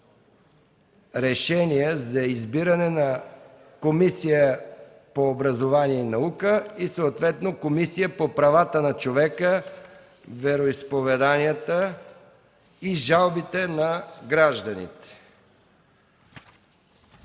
решения за избиране на Комисия по образованието и науката и съответно Комисия по правата на човека, вероизповеданията и жалбите на гражданите.